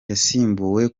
yasimbuwe